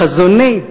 בחזוני,